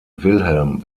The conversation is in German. wilhelm